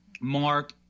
Mark